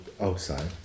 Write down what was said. outside